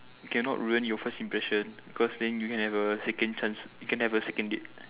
cannot ruin your first impression because then you can have a second chance you can have a second date